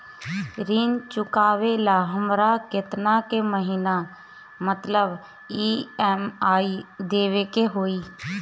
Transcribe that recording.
ऋण चुकावेला हमरा केतना के महीना मतलब ई.एम.आई देवे के होई?